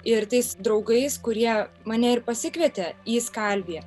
ir tais draugais kurie mane ir pasikvietė į skalviją